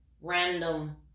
random